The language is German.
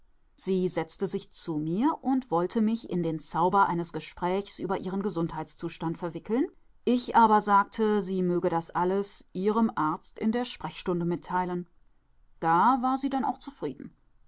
sie setzte sich zu mir und wollte mich in den zauber eines gesprächs über ihren gesundheitszustand verwickeln ich aber sagte sie möge das alles ihrem arzt in der sprechstunde mitteilen da war sie denn auch zufrieden